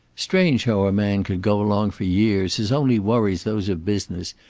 strange how a man could go along for years, his only worries those of business,